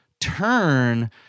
turn